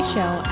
Show